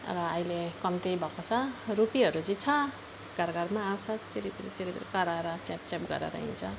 र अहिले कम्ती भएको छ रुपीहरू चाहिँ छ घर घरमा आउँछ चिरिबिरी चिरिबिरी कराएर च्याप् च्याप् गरेर हिँड्छ